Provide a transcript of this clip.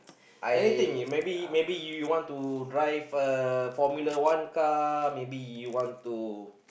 anything maybe maybe you want to drive a Formula One car maybe you want to